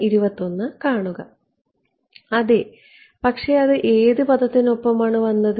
അതെ പക്ഷേ അത് ഏത് പദത്തിനൊപ്പമാണ് വന്നത്